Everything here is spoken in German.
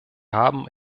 haben